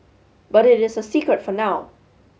but it is a secret for now